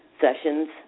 sessions